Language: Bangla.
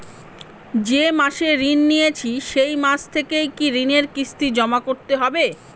যে মাসে ঋণ নিয়েছি সেই মাস থেকেই কি ঋণের কিস্তি জমা করতে হবে?